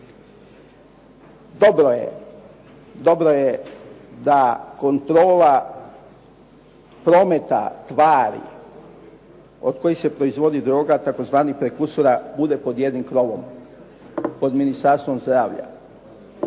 dobro je da kontrola prometa tvari od kojih se proizvodi droga, tzv. prekusura bude pod jednim krovom, pod Ministarstvom zdravlja.